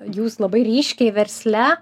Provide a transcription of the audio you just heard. jūs labai ryškiai versle